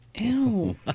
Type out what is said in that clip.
Ew